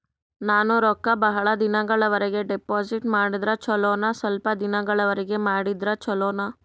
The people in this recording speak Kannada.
ನಾನು ರೊಕ್ಕ ಬಹಳ ದಿನಗಳವರೆಗೆ ಡಿಪಾಜಿಟ್ ಮಾಡಿದ್ರ ಚೊಲೋನ ಸ್ವಲ್ಪ ದಿನಗಳವರೆಗೆ ಮಾಡಿದ್ರಾ ಚೊಲೋನ?